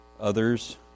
others